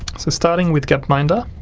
so starting with gapminder,